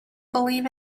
believe